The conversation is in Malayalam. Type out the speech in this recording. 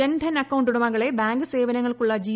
ജൻധൻ അക്കൌണ്ട് ഉടമകളെ ബാങ്ക് സേവനങ്ങൾക്കുള്ള ജി